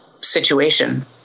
situation